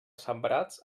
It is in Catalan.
sembrats